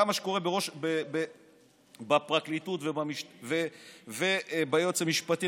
גם מה שקורה בפרקליטות ואצל היועץ המשפטי,